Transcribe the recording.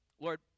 Lord